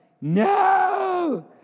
no